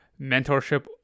mentorship